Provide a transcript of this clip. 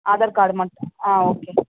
Aadhaar card மட்டும் ஆ okay